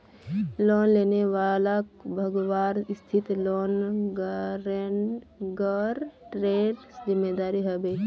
loan लेने वालाक भगवार स्थितित लोन गारंटरेर जिम्मेदार ह बे